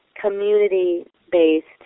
community-based